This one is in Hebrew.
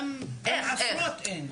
גם עשרות אין.